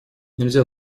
нельзя